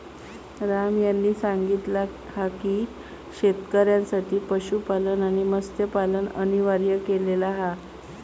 राम यांनी सांगितला हा की शेतकऱ्यांसाठी पशुपालन आणि मत्स्यपालन अनिवार्य केलेला हा